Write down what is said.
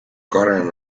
karen